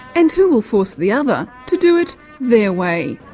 and who will force the other to do it their way.